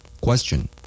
Question